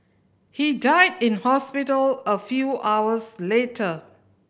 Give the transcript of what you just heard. he died in hospital a few hours later